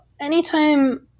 anytime